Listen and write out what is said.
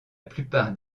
plupart